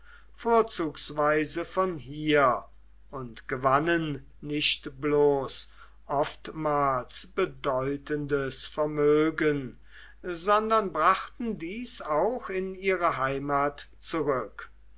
vorzugsweise von hier und gewannen nicht bloß oftmals bedeutendes vermögen sondern brachten dies auch in ihre heimat zurück